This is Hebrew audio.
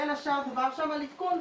בין השאר דובר שם על עדכון.